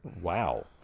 Wow